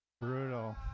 Brutal